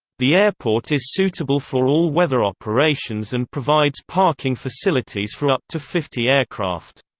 the airport is suitable for all-weather operations and provides parking facilities for up to fifty aircraft.